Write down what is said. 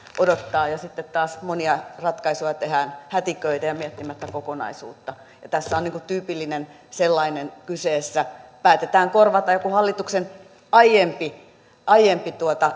odottaa ja sitten taas monia ratkaisuja tehdään hätiköiden ja miettimättä kokonaisuutta tässä on tyypillinen sellainen kyseessä päätetään korvata joku hallituksen aiempi aiempi